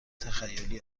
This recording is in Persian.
تخیلی